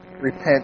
repent